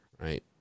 right